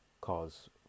cause